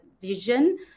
vision